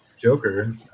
Joker